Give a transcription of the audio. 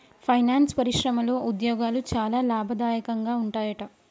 finance పరిశ్రమలో ఉద్యోగాలు చాలా లాభదాయకంగా ఉంటాయట